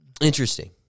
interesting